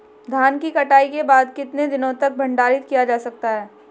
धान की कटाई के बाद कितने दिनों तक भंडारित किया जा सकता है?